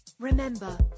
Remember